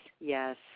yes